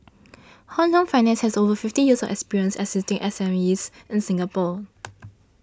Hong Leong Finance has over fifty years of experience assisting S M Es in Singapore